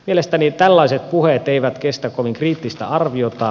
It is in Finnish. mielestäni tällaiset puheet eivät kestä kovin kriittistä arviota